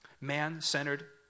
Man-centered